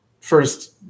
first